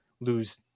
lose